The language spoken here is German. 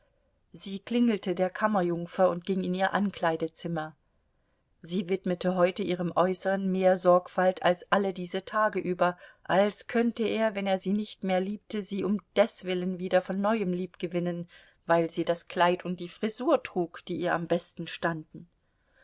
sie klingelte der kammerjungfer und ging in ihr ankleidezimmer sie widmete heute ihrem äußeren mehr sorgfalt als all diese tage über als könnte er wenn er sie nicht mehr liebte sie um deswillen wieder von neuem liebgewinnen weil sie das kleid und die frisur trug die ihr am besten standen